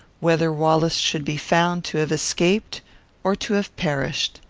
whether wallace should be found to have escaped or to have perished.